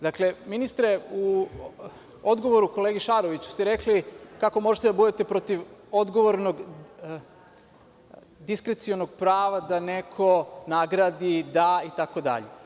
Dakle, ministre, u odgovori kolegi Šaroviću ste rekli – kako možete da budete protiv odgovornog diskrecionog prava da neko nagradi, da itd.